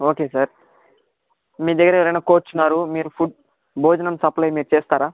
okay sir మీ దగ్గర ఎవరైనా కోచ్ గారు మీరు ఫుడ్ భోజనం సప్లై మీరు చేస్తారా